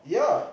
ya